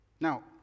Now